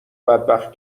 بدبخت